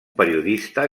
periodista